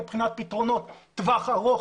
מבחינת פתרונות טווח ארוך,